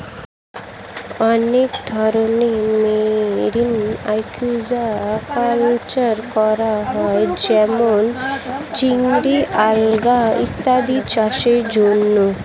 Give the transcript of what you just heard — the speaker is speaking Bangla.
অনেক ধরনের মেরিন অ্যাকুয়াকালচার করা হয় যেমন চিংড়ি, আলগা ইত্যাদি চাষের জন্যে